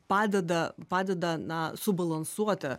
padeda padeda na subalansuoti